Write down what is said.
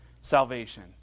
Salvation